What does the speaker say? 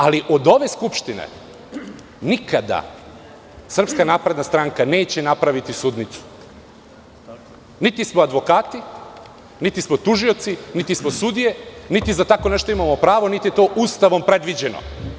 Ali, od ove Skupštine nikada SNS neće napraviti sudnicu, niti smo advokati, niti smo tužioci, niti smo sudije, niti za tako nešto imamo prava, niti je to Ustavom predviđeno.